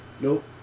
Nope